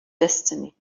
destiny